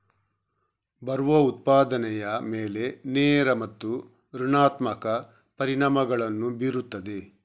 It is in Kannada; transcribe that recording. ಬರವು ಉತ್ಪಾದನೆಯ ಮೇಲೆ ನೇರ ಮತ್ತು ಋಣಾತ್ಮಕ ಪರಿಣಾಮಗಳನ್ನು ಬೀರುತ್ತದೆ